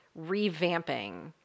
revamping